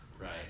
Right